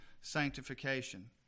sanctification